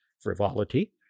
frivolity